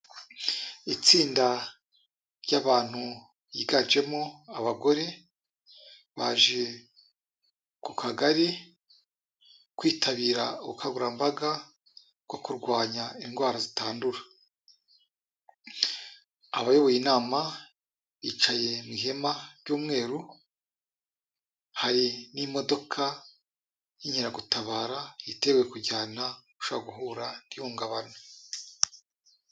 Itsinda ry'abantu biganjemo abagore, baje kagari kwitabira ubukangurambaga bwo kurwanya indwara zitzndura, abayoboye inama bicaye mu ihema ry'umweru, hari n'imodoka y'inyeragutabara yiteguye kujyana ushobora guhura n'ihungabana.